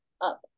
up